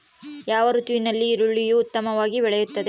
ಯಾವ ಋತುವಿನಲ್ಲಿ ಈರುಳ್ಳಿಯು ಉತ್ತಮವಾಗಿ ಬೆಳೆಯುತ್ತದೆ?